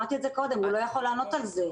הוא לא יכול לענות על זה.